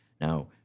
Now